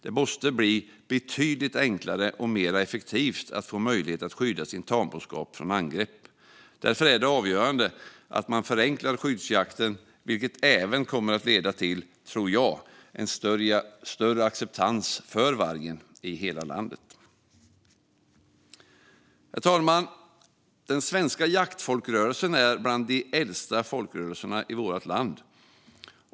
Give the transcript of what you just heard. Processen för att få möjlighet att skydda sin tamboskap från angrepp måste bli betydligt enklare och mer effektiv. Därför är det avgörande att man förenklar skyddsjakten, vilket jag tror även kommer att leda till större acceptans för vargen i hela landet. Herr talman! Den svenska jaktfolkrörelsen är bland de äldsta folkrörelserna i vårt land.